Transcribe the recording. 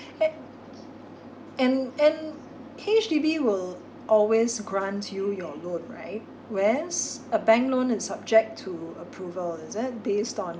a~ and and H_D_B will always grant you your loan right whereas a bank loan is subject to approval is it based on